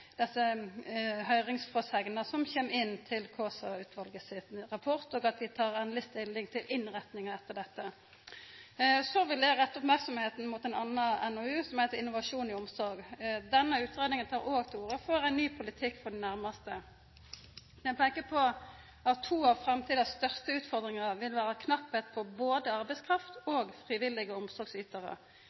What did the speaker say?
desse høyringsfråsegnene som kjem inn til Kaasa-utvalet sin rapport, og at dei tek endeleg stilling til innretninga etter dette. Så vil eg retta merksemda mot ein annan NOU, Innovasjon i omsorg. Denne utgreiinga tek òg til orde for ein ny politikk for dei nærmaste. Ein peiker på at to av framtidas største utfordringar vil vera mangel på både arbeidskraft og frivillige